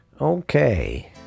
Okay